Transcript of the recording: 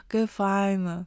kaip faina